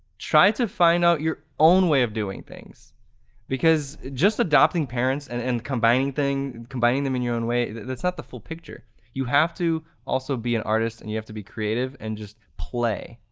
try to find out your own way of doing things because just adopting parents and and combining combining them in your own way, that's not the full picture you have to also be an artist and you have to be creative and just play,